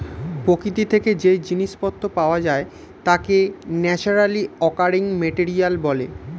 প্রকৃতি থেকে যেই জিনিস পত্র পাওয়া যায় তাকে ন্যাচারালি অকারিং মেটেরিয়াল বলে